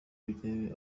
irebe